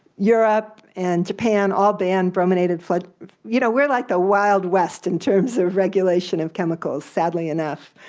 europe and japan all banned brominated but you know we're like the wild west in terms of regulation of chemicals, sadly enough.